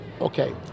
Okay